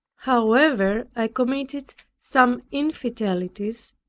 however, i committed some infidelities,